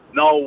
no